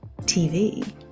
TV